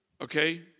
okay